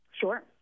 Sure